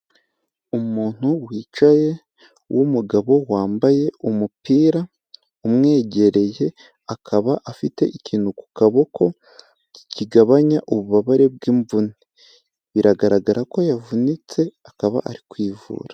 Umuntu wicaye w'umugabo wambaye umupira umwegereye, akaba afite ikintu ku kaboko kigabanya ububabare bw'imvune, biragaragara ko yavunitse akaba ari kwivura.